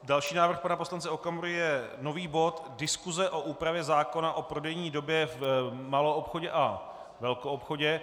Další návrh pana poslance Okamury je nový bod Diskuse o úpravě zákona o prodejní době v maloobchodě a velkoobchodě.